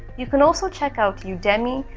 you can also check out udemy,